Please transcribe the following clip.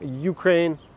Ukraine